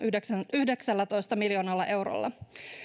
yhdeksällätoista miljoonalla eurolla